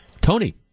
tony